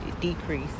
decrease